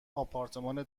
آپارتمان